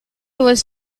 was